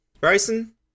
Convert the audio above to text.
Bryson